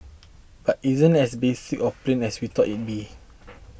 but it isn't as basic or plain as we thought it'd be